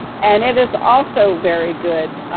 and it is also very good